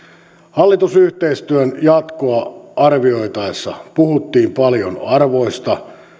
hallitusyhteistyön jatkoa arvioitaessa puhuttiin paljon arvoista